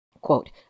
Quote